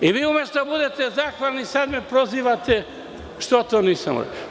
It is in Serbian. I vi umesto da budete zahvalni, sada me prozivate što to nisam uradio.